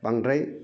बांद्राय